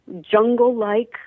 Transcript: jungle-like